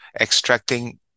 extracting